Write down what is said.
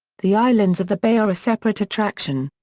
the islands of the bay are a separate attraction.